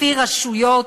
לפי רשויות,